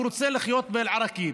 הוא רוצה לחיות באל-עראקיב,